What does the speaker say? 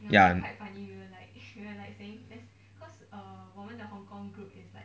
ya